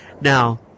Now